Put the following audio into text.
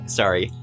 sorry